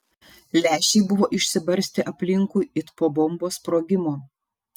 lęšiai buvo išsibarstę aplinkui it po bombos sprogimo